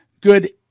good